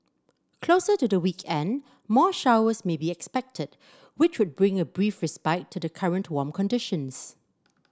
closer to the weekend more showers may be expected which would bring a brief respite to the current warm conditions